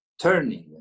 turning